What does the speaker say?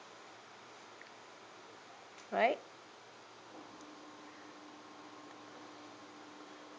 right